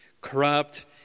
corrupt